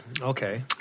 Okay